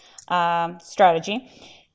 strategy